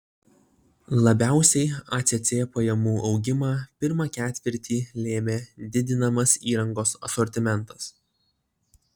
labiausiai acc pajamų augimą pirmą ketvirtį lėmė didinamas įrangos asortimentas